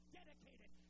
dedicated